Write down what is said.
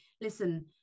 listen